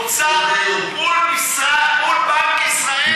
אוצר מול בנק ישראל,